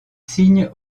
signe